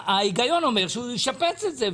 ההיגיון אומר שהוא ישפץ את זה,